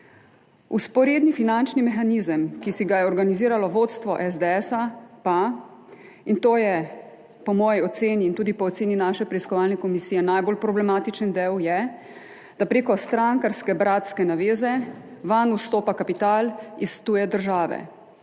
Vzporedni finančni mehanizem, ki si ga je organiziralo vodstvo SDS, in to je po moji oceni in tudi po oceni naše preiskovalne komisije najbolj problematičen del, je, da prek strankarske bratske naveze vanj vstopa kapital iz tuje države,